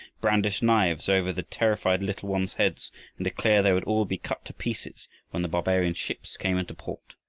brandish knives over the terrified little ones' heads and declare they would all be cut to pieces when the barbarian ships came into port.